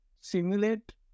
simulate